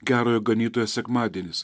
gerojo ganytojo sekmadienis